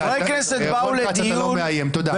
--- רון כץ, אתה לא מאיים, תודה.